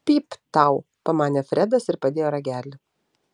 pypt tau pamanė fredas ir padėjo ragelį